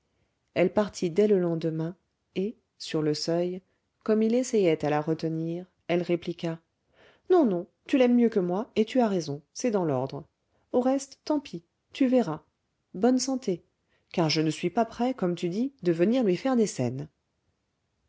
elle partit dès le lendemain et sur le seuil comme il essayait à la retenir elle répliqua non non tu l'aimes mieux que moi et tu as raison c'est dans l'ordre au reste tant pis tu verras bonne santé car je ne suis pas près comme tu dis de venir lui faire des scènes